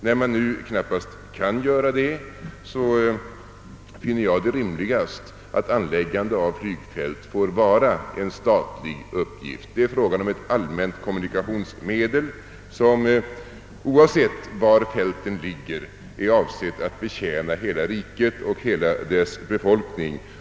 När nu detta knappast är möjligt, finner jag det rimligare att anläggandet av flygfält får vara en statlig uppgift. Det är fråga om ett allmänt kommunikationsmedel som — oavsett var flygfältet ligger — är avsett att betjäna hela riket och hela dess befolkning.